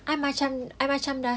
I macam I macam dah